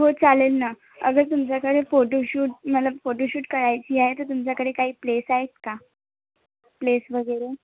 हो चालेल ना अगर तुमच्याकडे फोटो शूट मला फोटो शूट करायची आहे तर तुमच्याकडे काही प्लेस आहेत का प्लेस वगैरे